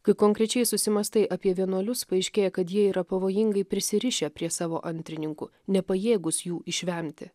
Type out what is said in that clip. kai konkrečiai susimąstai apie vienuolius paaiškėja kad jie yra pavojingai prisirišę prie savo antrininkų nepajėgūs jų išvemti